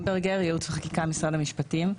ייעוץ וחקיקה, משרד המשפטים.